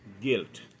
guilt